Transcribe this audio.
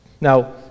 Now